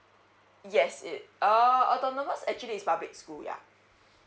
yes it err autonomous actually is public school ya